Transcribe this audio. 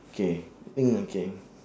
okay mm okay